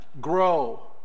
grow